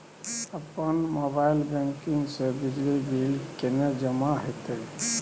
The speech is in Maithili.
अपन मोबाइल बैंकिंग से बिजली बिल केने जमा हेते?